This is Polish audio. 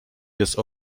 jest